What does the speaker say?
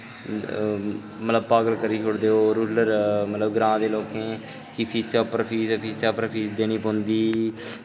मतलब पागल करी छोड़दे ओह् रुरल मतलब ग्रांऽ दे लोकें गी कि फिसै पर फीस फिसै पर फीस देनी पौंदी